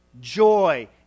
joy